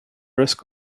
risk